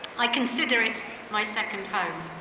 i consider it my second home.